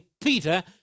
Peter